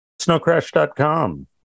Snowcrash.com